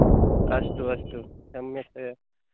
अस्तु अस्तु सम्यक्तया